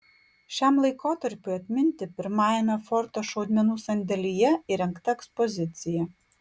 šiam laikotarpiui atminti pirmajame forto šaudmenų sandėlyje įrengta ekspozicija